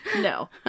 no